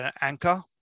anchor